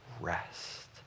rest